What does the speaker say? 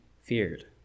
feared